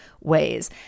ways